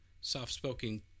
soft-spoken